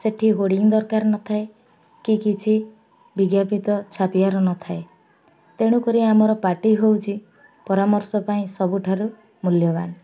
ସେଠି ହୋଡିଂ ଦରକାର ନଥାଏ କି କିଛି ବିଜ୍ଞାପିତ ଛାପିିବାର ନ ଥାଏ ତେଣୁକରି ଆମର ପାଟି ହେଉଛି ପରାମର୍ଶ ପାଇଁ ସବୁଠାରୁ ମୂଲ୍ୟବାନ